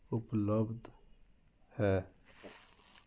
ਉਪਲੱਬਧ ਹੇ